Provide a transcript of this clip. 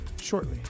shortly